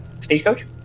stagecoach